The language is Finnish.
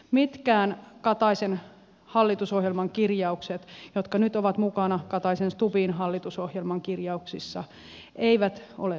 mitkään kataisen hallitusohjelman kirjaukset jotka nyt ovat mukana kataisenstubbin hallitusohjelman kirjauksissa eivät ole toteutuneet